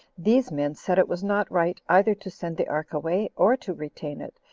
these men said it was not right either to send the ark away, or to retain it,